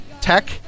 Tech